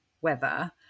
weather